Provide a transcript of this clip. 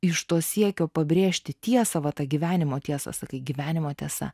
iš to siekio pabrėžti tiesą va tą gyvenimo tiesą sakai gyvenimo tiesa